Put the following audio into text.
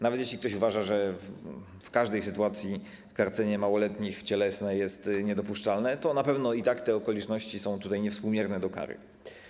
Nawet jeśli ktoś uważa, że w każdej sytuacji cielesne karcenie małoletnich jest niedopuszczalne, to na pewno i tak te okoliczności są tutaj niewspółmierne do kary.